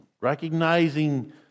recognizing